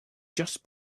just